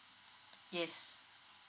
yes